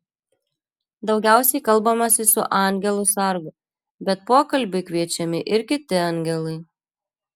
daugiausiai kalbamasi su angelu sargu bet pokalbiui kviečiami ir kiti angelai